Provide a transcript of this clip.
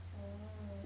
oh